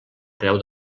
creu